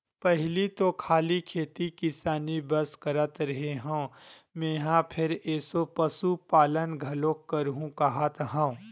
पहिली तो खाली खेती किसानी बस करत रेहे हँव मेंहा फेर एसो पसुपालन घलोक करहूं काहत हंव